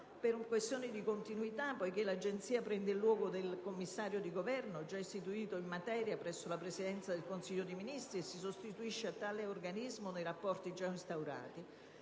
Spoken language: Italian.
per questioni di continuità, dal momento che l'Agenzia prende il luogo del commissario di Governo già istituito in materia presso la Presidenza del Consiglio dei ministri e si sostituisce a tale organismo nei rapporti già instaurati.